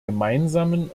gemeinsamen